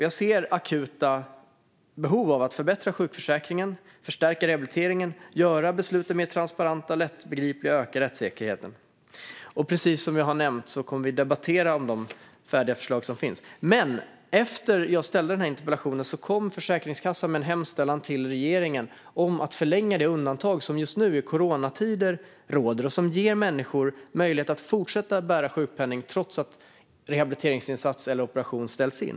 Jag ser akuta behov av att förbättra sjukförsäkringen, förstärka rehabiliteringen, göra besluten mer transparenta och lättbegripliga och öka rättssäkerheten. Precis som jag har nämnt kommer vi att debattera de färdiga förslag som finns. Efter att jag ställde min interpellation kom dock Försäkringskassan med en hemställan till regeringen om att förlänga det undantag som just nu, i coronatider, råder och som ger människor möjlighet att fortsätta att uppbära sjukpenning trots att rehabiliteringsinsats eller operation ställs in.